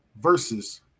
versus